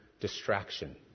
distraction